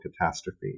catastrophe